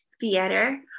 theater